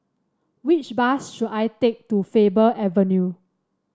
which bus should I take to Faber Avenue